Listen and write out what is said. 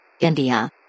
India